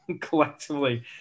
collectively